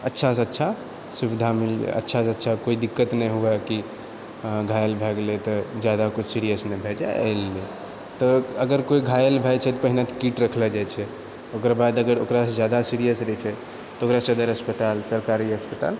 अच्छासँ अच्छा सुविधा मिलए अच्छासँ अच्छा कोइ दिक्कत नहि हुए कि घायल भए गेलै तऽ जादा किछु सीरियस नहि भए जाइत छै एहि लेल तऽ अगर केओ घायल भए जाइत छै तऽ पहिने तऽ किट रखलो जाइत छै ओकर बाद अगर ओकरासँ जादा सीरियस रहैत छै तऽ ओकरा सदर अस्पताल सरकारी अस्पताल